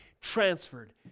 transferred